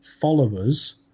followers